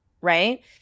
right